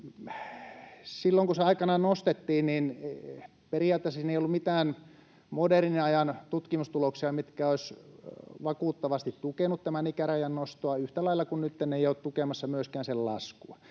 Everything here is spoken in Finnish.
Silloin, kun se aikanaan nostettiin, periaatteessa ei ollut mitään modernin ajan tutkimustuloksia, mitkä olisivat vakuuttavasti tukeneet tämän ikärajan nostoa, yhtä lailla kuin nytkään ei ole tukemassa myöskään sen laskua.